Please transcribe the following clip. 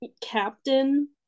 captain